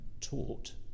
taught